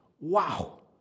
Wow